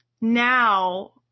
now